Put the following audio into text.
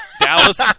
Dallas